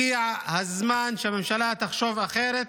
הגיע הזמן שהממשלה תחשוב אחרת,